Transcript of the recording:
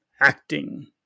acting